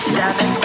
seven